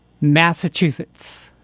Massachusetts